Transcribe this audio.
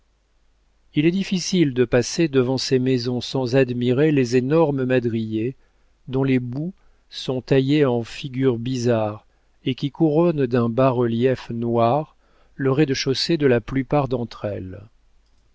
il est difficile de passer devant ces maisons sans admirer les énormes madriers dont les bouts sont taillés en figures bizarres et qui couronnent d'un bas-relief noir le rez-de-chaussée de la plupart d'entre elles